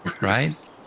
right